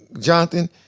Jonathan